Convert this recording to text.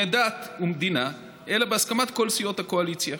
דת ומדינה אלא בהסכמת כל סיעות הקואליציה.